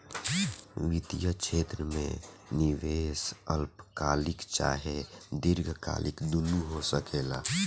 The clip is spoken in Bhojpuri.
वित्तीय क्षेत्र में निवेश अल्पकालिक चाहे दीर्घकालिक दुनु हो सकेला